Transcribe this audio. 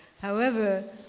however,